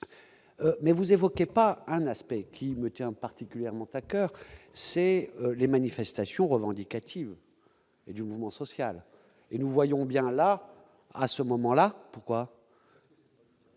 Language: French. mais vous évoquez pas un aspect qui me tient particulièrement à coeur, c'est les manifestations revendicatives et du mouvement social et nous voyons bien là à ce moment-là, pourquoi.